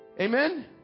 Amen